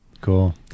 cool